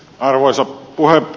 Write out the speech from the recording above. arvoisa puhemies